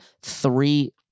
three